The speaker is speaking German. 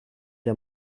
der